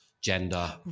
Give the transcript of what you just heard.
gender